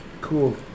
Cool